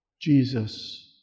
Jesus